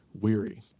weary